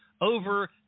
over